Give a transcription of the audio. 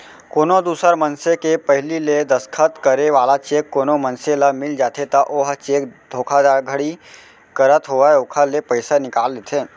कोनो दूसर मनसे के पहिली ले दस्खत करे वाला चेक कोनो मनसे ल मिल जाथे त ओहा चेक धोखाघड़ी करत होय ओखर ले पइसा निकाल लेथे